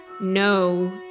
no